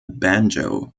banjo